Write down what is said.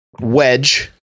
wedge